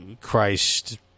Christ